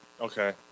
Okay